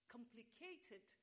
complicated